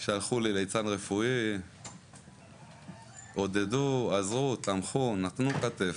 שלחו לי ליצן רפואי, עודדו, עזרו, תמכו, נתנו כתף.